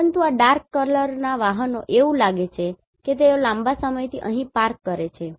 પરંતુ આ dark colour વાહનો એવું લાગે છે કે તેઓ લાંબા સમયથી અહીં પાર્ક કરે છે